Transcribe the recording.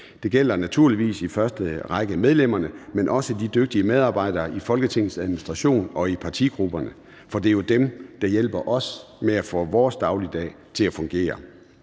Det gælder naturligvis i første række medlemmerne, men også de dygtige medarbejdere i Folketingets Administration og i partigrupperne. For det er jo dem, der hjælper os med at få dagligdagen til at fungere.